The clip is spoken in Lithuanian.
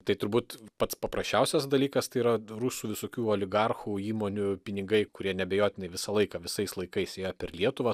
tai turbūt pats paprasčiausias dalykas tai yra rusų visokių oligarchų įmonių pinigai kurie neabejotinai visą laiką visais laikais jo per lietuvą